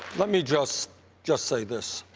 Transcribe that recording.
let me just just say this.